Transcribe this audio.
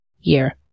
year